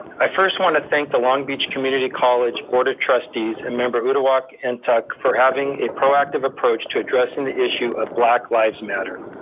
i first wanna thank the long beach community college board of trustees and member uduak and ntuk for having a proactive approach to addressing the issue of black lives matter.